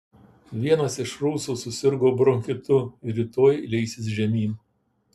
vienas iš rusų susirgo bronchitu ir rytoj leisis žemyn